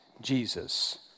Jesus